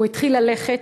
הוא התחיל ללכת.